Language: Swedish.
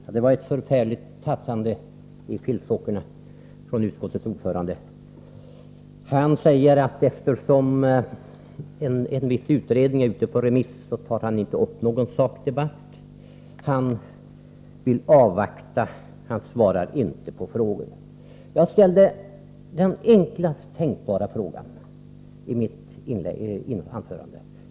Herr talman! Det var förfärligt vad utskottets ordförande tassade i filtsockorna. Olle Svensson säger, att eftersom en viss utredning är ute på remiss, tar han inte upp någon sakdebatt. Han vill avvakta. Han svarar inte på frågor. Jag ställde den enklaste tänkbara fråga i mitt anförande.